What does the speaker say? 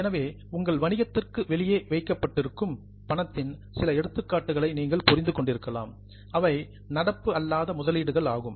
எனவே உங்கள் வணிகத்திற்கு வெளியே வைக்கப்பட்டிருக்கும் பணத்தின் சில எடுத்துக்காட்டுகளை நீங்கள் புரிந்து கொண்டிருக்கலாம் அவை நடப்பு அல்லாத முதலீடுகள் ஆகும்